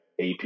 AP